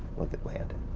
look at landon.